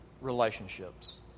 relationships